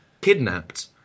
kidnapped